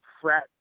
frat